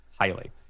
highly